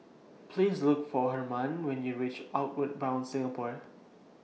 Please Look For Hermann when YOU REACH Outward Bound Singapore